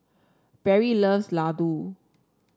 Berry loves Ladoo